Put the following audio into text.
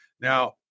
Now